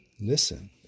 listen